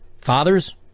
fathers